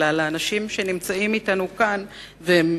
אלא לאנשים שנמצאים אתנו כאן והם